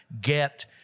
get –